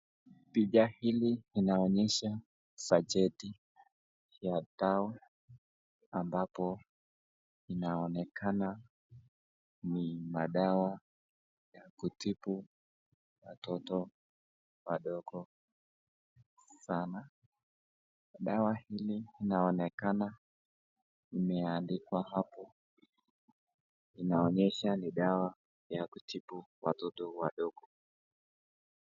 Picha hili inaonyesha sajeti ya dawa ambapo inaonekana ni madawa ya kutibu watoto wadogo sana, dawa hili inaonekana imeandikwa hapo inaonyesha ni dawa ya kutibu watoto wadogo.